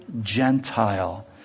Gentile